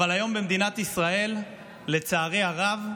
אבל היום במדינת ישראל, לצערי הרב,